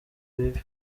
ibibi